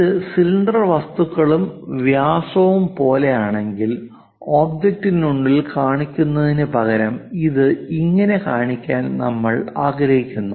ഇത് സിലിണ്ടർ വസ്തുക്കളും വ്യാസവും പോലെയാണെങ്കിൽ ഒബ്ജക്റ്റിനുള്ളിൽ കാണിക്കുന്നതിനുപകരം ഇത് ഇങ്ങനെ കാണിക്കാൻ നമ്മൾ ആഗ്രഹിക്കുന്നു